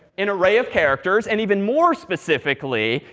an array of characters. and even more specifically,